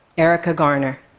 erica garner,